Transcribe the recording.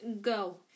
go